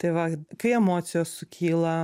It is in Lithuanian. tai va kai emocijos sukyla